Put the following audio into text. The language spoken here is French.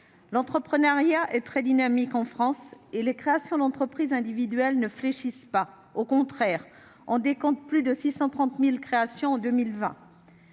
L'entrepreneuriat est en France très dynamique ; les créations d'entreprises individuelles ne fléchissent pas, au contraire : on décompte plus de 630 000 créations en 2020.